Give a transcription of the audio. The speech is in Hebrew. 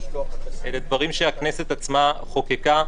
שאלה דברים שהכנסת עצמה חוקקה,